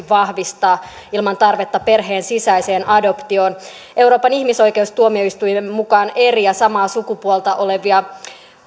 vahvistaa ilman tarvetta perheen sisäiseen adoptioon euroopan ihmisoikeustuomioistuimen mukaan eri ja samaa sukupuolta olevia